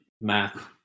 Math